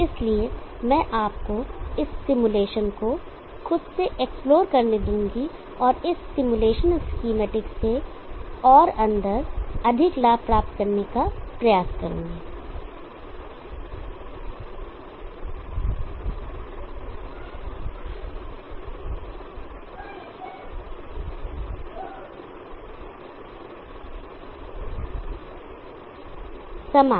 इसलिए मैं आपको इस सिमुलेशन को खुद से एक्सप्लोर करने दूंगा और इस सिमुलेशन स्कीमेटिक simulation schematic से और अंदर अधिक लाभ प्राप्त करने का प्रयास करूंगा